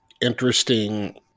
interesting